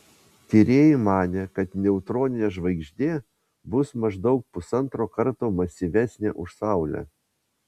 tyrėjai manė kad neutroninė žvaigždė bus maždaug pusantro karto masyvesnė už saulę